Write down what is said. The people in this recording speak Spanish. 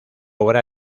obra